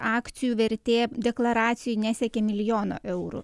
akcijų vertė deklaracijoj nesiekė milijono eurų